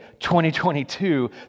2022